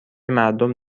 مردم